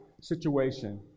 situation